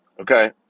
Okay